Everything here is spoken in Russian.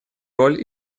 роль